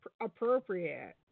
appropriate